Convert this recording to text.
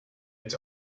its